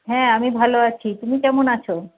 হ্যাঁ আমি ভালো আছি তুমি কেমন আছো